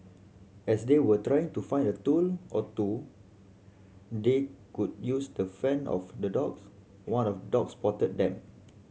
as they were trying to find a tool or two they could use to fend off the dogs one of dogs spotted them